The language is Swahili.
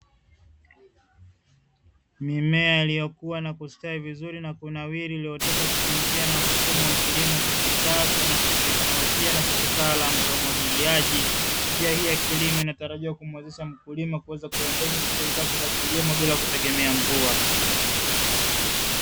Mimea iliyokuwa na kustawi vizuri na kunawiri iliyooteshwa kwa kutumia njia na mfumo wa kilimo cha kisasa na cha kiteknolojia na cha kitaalamu cha umwagiliaji. Njia hii ya kilimo inatarajiwa kumuwezesha mkulima kuweza kuendesha shughuli zake za kilimo bila kutegemea mvua.